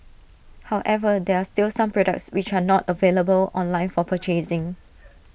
however there are still some products which are not available online for purchasing